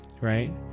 right